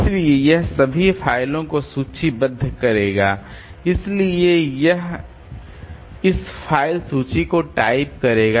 इसलिए यह सभी फाइलों को सूचीबद्ध करेगा इसलिए यह इस फ़ाइल सूची को टाइप करेगा